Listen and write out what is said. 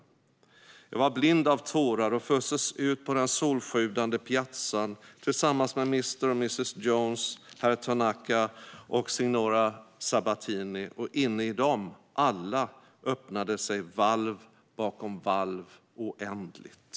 "Jag var blind av tåraroch föstes ut på den solsjudande piazzantillsammans med Mr och Mrs Jones, Herr Tanaka ochSignora Sabatinioch inne i dem alla öppnade sig valv bakom valv oändligt.